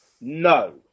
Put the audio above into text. No